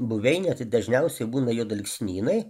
buveinė tai dažniausiai būna juodalksnynai